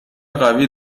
قوی